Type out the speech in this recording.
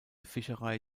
fischerei